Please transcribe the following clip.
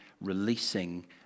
releasing